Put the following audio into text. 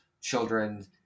children